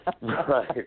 Right